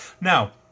Now